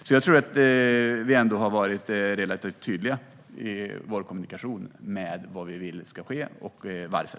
Vi har ändå varit relativt tydliga i vår kommunikation med vad vi vill ska ske och varför.